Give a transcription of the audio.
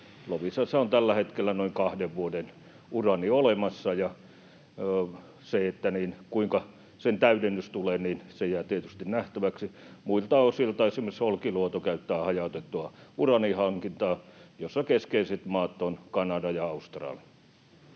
Loviisassa on tällä hetkellä noin kahden vuoden uraani olemassa, ja se, kuinka sen täydennys tulee, jää tietysti nähtäväksi. Muilta osilta esimerkiksi Olkiluoto käyttää hajautettua uraanihankintaa, jossa keskeiset maat ovat Kanada ja Australia.